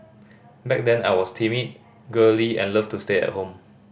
back then I was timid girly and loved to stay at home